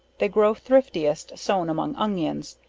they grow thriftiest sown among onions.